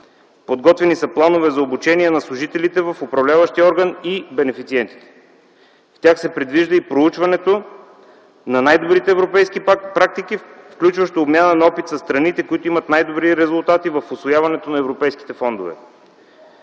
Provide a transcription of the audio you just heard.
Подготвени са планове за обучение на служителите в управляващия орган и бенефициентите. В тях се предвижда и проучването на най-добрите европейски практики, включващо обмяна на опит със страните, които имат най-добри резултати в усвояването на европейските фондове.